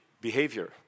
behavior